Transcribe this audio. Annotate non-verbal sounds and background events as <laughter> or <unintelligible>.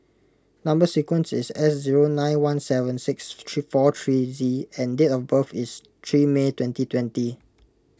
Number Sequence is S zero nine one seven six <unintelligible> four three Z and date of birth is three May twenty twenty